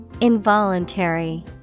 Involuntary